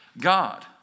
God